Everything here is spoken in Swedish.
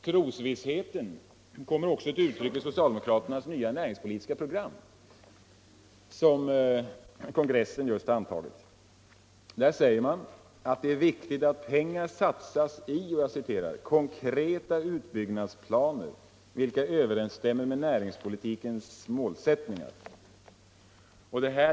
Trosvissheten kommer också till uttryck i socialdemokraternas nya näringspolitiska program som s-kongressen just antagit. Där säger man att det är viktigt att pengar satsas i ”konkreta utbyggnadsplaner vilka överensstämmer med näringspolitikens målsättningar”.